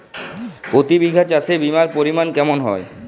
প্রতি বিঘা চাষে বিমার পরিমান কেমন হয়?